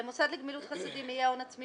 "למוסד לגמילות חסדים יהיה הון עצמי